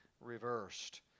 reversed